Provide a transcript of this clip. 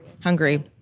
Hungary